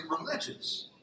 religious